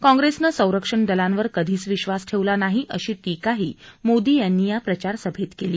काँग्रेसनं संरक्षण दलांवर कधीच विबास ठेवला नाही अशी टीकाही मोदी यांनी या प्रचारसभेत केली